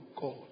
God